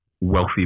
wealthy